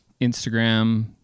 Instagram